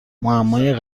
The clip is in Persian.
معمای